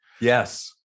Yes